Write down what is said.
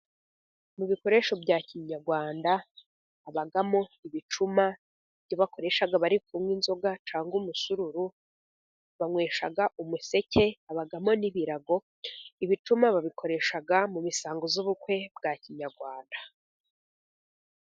Mu bikoresho bya kinyarwanda habamo ibicuma byo bakoresha bari kunywa inzoga, cyangwa umusururu banywesha umuseke. Habamo n'ibirago. Ibicuma babikoresha mu misango y'ubukwe bwa kinyarwanda.